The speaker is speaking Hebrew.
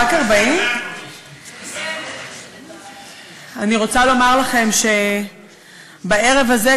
רק 40. אני רוצה לומר לכם שבערב הזה,